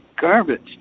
garbage